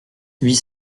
huit